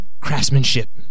craftsmanship